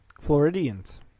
Floridians